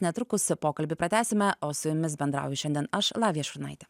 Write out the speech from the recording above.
netrukus pokalbį pratęsime o su jumis bendrauju šiandien aš lavija šurnaitė